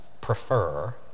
prefer